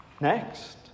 Next